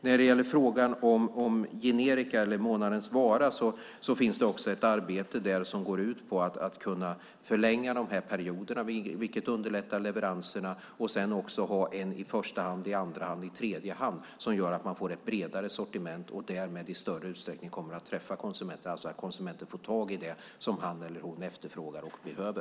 När det gäller frågan om generika eller månadens vara finns det ett arbete som går ut på att förlänga perioderna, vilket underlättar leveranserna. Sedan får man ha en produkt i första hand, en i andra hand och en i tredje hand som gör att man får ett bredare sortiment och därmed i större utsträckning kommer att se till att konsumenten får tag i det som han eller hon efterfrågar och behöver.